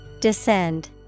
Descend